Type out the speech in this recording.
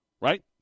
right